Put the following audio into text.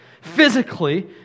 physically